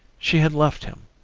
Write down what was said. she had left him.